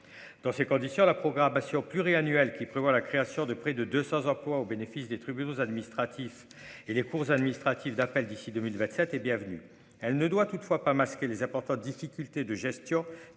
dans ces conditions, la programmation pluriannuelle qui prévoit la création de près de 200 emplois au bénéfice des tribunaux administratifs et des cours administratives d'appel d'ici 2027 et bienvenue, elle ne doit toutefois pas masquer les importantes difficultés de gestion